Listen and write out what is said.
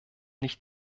nicht